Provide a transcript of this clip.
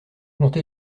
compter